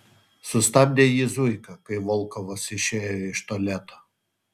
sustabdė jį zuika kai volkovas išėjo iš tualeto